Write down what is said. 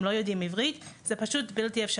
הם לא יודעים עברית ולכן מבחינתם זה בלתי אפשרי.